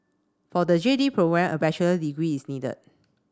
for the J D program a bachelor degree is needed